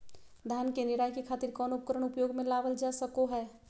धान के निराई के खातिर कौन उपकरण उपयोग मे लावल जा सको हय?